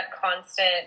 constant